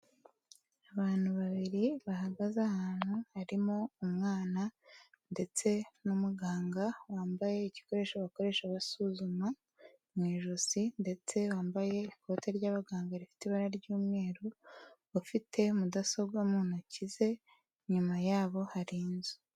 Abantu babiri bahagaze ahantu harimo umwana ndetse n'umuganga wambaye igikoresho bakoresha basuzuma mu ijosi, ndetse wambaye ikoti ry'abaganga rifite ibara ry'umweru ufite mudasobwa mu ntoki ze inyuma yabo hari inzu.